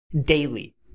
Daily